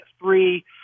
three